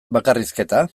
bakarrizketa